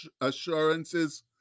assurances